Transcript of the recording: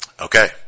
Okay